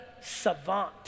savant